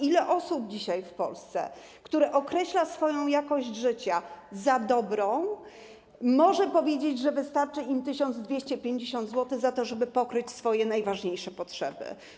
Ile osób dzisiaj w Polsce, które określają swoją jakość życia jako dobrą, może powiedzieć, że wystarczy im 1250 zł na to, żeby pokryć swoje najważniejsze potrzeby?